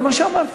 זה מה שאמרתי.